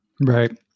Right